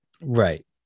Right